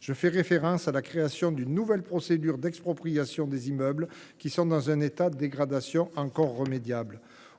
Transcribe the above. Je fais référence à la création d’une nouvelle procédure d’expropriation des immeubles qui sont dans un état de dégradation encore remédiable.